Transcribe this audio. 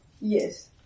Yes